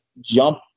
jump